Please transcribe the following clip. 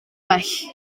bell